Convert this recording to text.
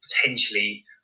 potentially